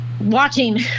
watching